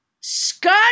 Scott